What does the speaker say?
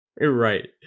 Right